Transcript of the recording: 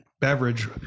beverage